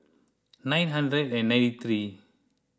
nine hundred and ninety three